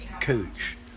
coach